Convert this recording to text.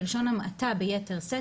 בלשון המעטה ביתר שאת,